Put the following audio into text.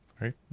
Right